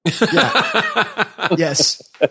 Yes